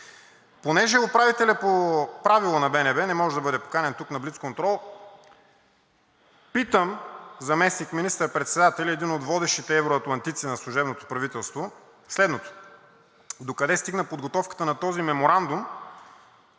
Понеже по правило управителят на БНБ не може да бъде поканен тук на блицконтрол, то питам заместник министър председателя – един от водещите евероатлантици на служебното правителство, следното: докъде стигна подготовката на този меморандум